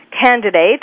candidate